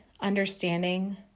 understanding